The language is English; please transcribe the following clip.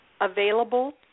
available